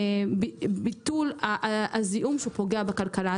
וביטול הזיהום שפוגע בכלכלה.